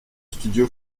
studio